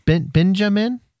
Benjamin